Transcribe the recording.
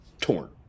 torn